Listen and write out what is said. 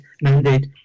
mandate